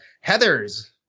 Heather's